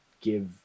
give